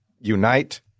unite